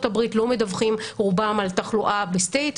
הברית לא מדווחים רובם על תחלואה בסטייט,